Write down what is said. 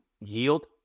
yield